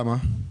למה?